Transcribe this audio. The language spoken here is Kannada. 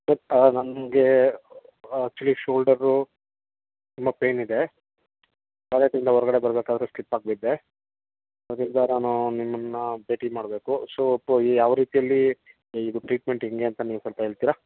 ಸರ್ ನನಗೆ ಆ್ಯಕ್ಚುಲಿ ಶೋಲ್ಡರು ತುಂಬ ಪೈನ್ ಇದೆ ಟಾಯ್ಲೆಟಿಂದ ಹೊರಗಡೆ ಬರಬೇಕಾದ್ರೆ ಸ್ಲಿಪ್ಪಾಗಿ ಬಿದ್ದೆ ಆದ್ದರಿಂದ ನಾನು ನಿಮ್ಮನ್ನು ಭೇಟಿ ಮಾಡಬೇಕು ಸೊ ಯಾವ ರೀತಿಯಲ್ಲಿ ಇದು ಟ್ರೀಟ್ಮೆಂಟ್ ಹೇಗೆ ಅಂತ ನೀವು ಸ್ವಲ್ಪ ಹೇಳ್ತೀರಾ